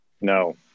No